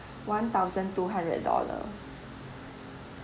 one thousand two hundred dollar